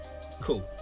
Cool